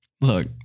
look